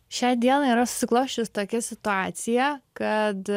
šią dieną yra susiklosčiusi tokia situacija kad